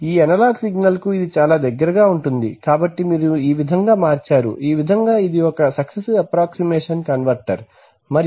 ఈ అనలాగ్ సిగ్నల్కు ఇది చాలా దగ్గరగా ఉంటుంది కాబట్టి మీరు ఈ విధంగా మార్చారు ఈ విధంగాఇది ఒక సక్సెస్సివ్ అప్రాక్సీమేషన్ కన్వర్టర్ మరియు